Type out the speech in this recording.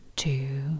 Two